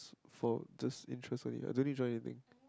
for just interest only I don't need join anything